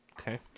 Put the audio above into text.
Okay